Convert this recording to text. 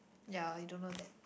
ya you don't know that